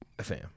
Fam